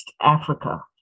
Africa